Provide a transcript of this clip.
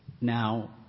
Now